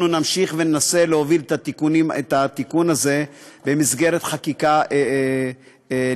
אנחנו נמשיך וננסה להוביל את התיקון הזה במסגרת חקיקה נפרדת,